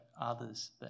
others